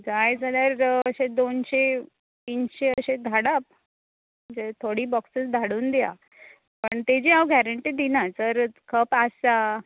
जाय जाल्यार अशे दोनशें तीनशें अशें धाडात थोडी बॉक्सिस धाडून दिया पूण ताजी हांव गँरेटी दिनात जर खप आसा